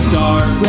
dark